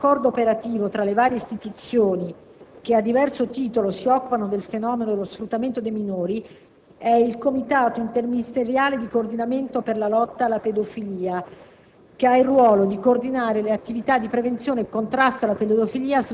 È utile qui ricordare che uno strumento che garantisce un raccordo operativo tra le varie istituzioni che a diverso titolo si occupano del fenomeno dello sfruttamento dei minori è il Comitato interministeriale di coordinamento per la lotta alla pedofilia,